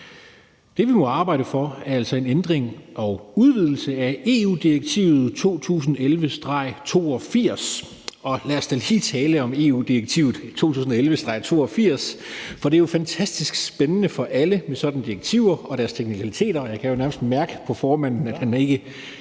Det, vi må arbejde for, er altså en ændring og udvidelse af EU-direktivet 2011/82. Og lad os da lige tale om EU-direktivet 2011/82, for det er jo fantastisk spændende for alle med sådanne direktiver og deres teknikaliteter, og jeg kan mærke på formanden, at han